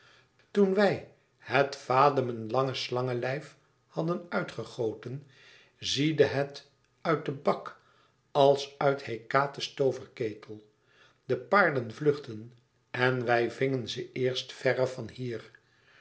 toen wij het vademen lange slangelijf hadden uit gegoten ziedde het uit den bak als uit hekate's tooverketel de paarden vluchtten en wij vingen ze eerst verre van hier